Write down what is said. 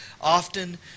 often